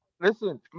listen